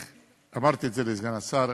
אמרתי את זה לסגן השר,